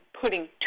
putting